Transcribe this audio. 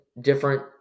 different